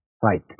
fight